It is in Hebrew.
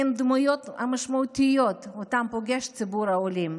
הם הדמויות המשמעותיות שאותן פוגש ציבור העולים.